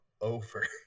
over